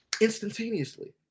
instantaneously